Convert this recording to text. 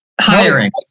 Hiring